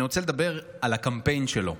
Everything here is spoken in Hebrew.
אני רוצה לדבר על הקמפיין שלו,